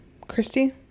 Christy